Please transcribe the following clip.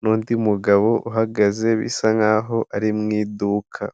n'undi mugabo uhagaze bisa nkaho ari mu iduka.